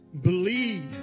believe